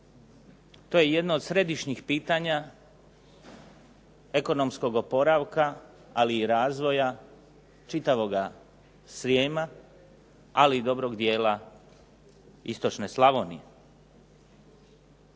To je jedno od središnjih pitanja ekonomskog oporavka ali i razvoja čitavoga Srijema, ali i dobrog dijela Istočne Slavonije.